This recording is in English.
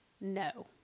No